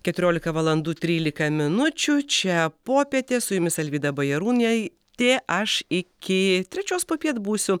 keturiolika valandų trylika minučių čia popietė su jumis alvyda bajarūnaitė aš iki trečios popiet būsiu